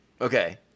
Okay